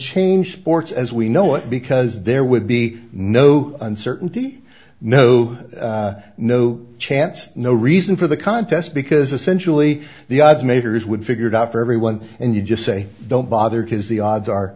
change sports as we know it because there would be no uncertainty no no chance no reason for the contest because essentially the odds makers would figure it out for everyone and you just say don't bother because the odds are